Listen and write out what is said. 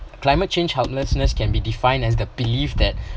climate change helplessness can be defined as the belief that